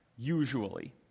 usually